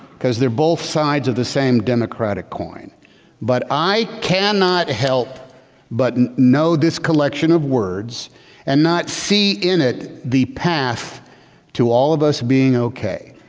because they're both sides of the same. democratic coin but i cannot help but and know this collection of words and not see in it the path to all of us being okay.